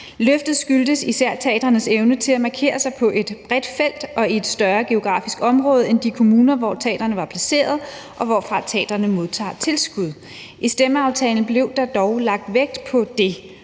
Løftet skyldtes især teatrenes evne til at markere sig på et bredt felt og i et større geografisk område end de kommuner, hvor teatrene var placeret, og hvorfra teatrene modtager tilskud. I stemmeaftalen blev der dog lagt vægt på det,